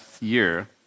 year